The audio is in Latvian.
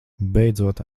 beidzot